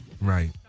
Right